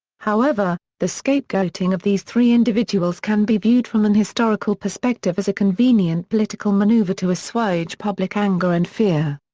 however, the scapegoating of these three individuals individuals can be viewed from an historical perspective as a convenient political manoeuvre to assuage public anger and fear.